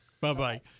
Bye-bye